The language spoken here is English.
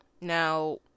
Now